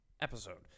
episode